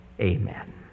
Amen